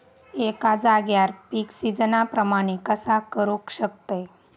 एका जाग्यार पीक सिजना प्रमाणे कसा करुक शकतय?